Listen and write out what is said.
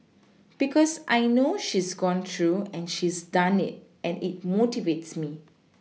because I know she's gone through and she's done it and it motivates me